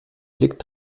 blick